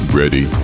ready